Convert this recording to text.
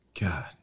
God